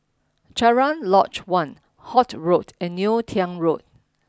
Cochrane Lodge One Holt Road and Neo Tiew Road